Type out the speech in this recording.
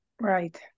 Right